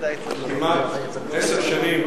כמעט עשר שנים